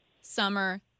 summer